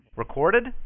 Recorded